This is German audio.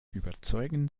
überzeugen